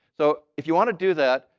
so if you want to do that,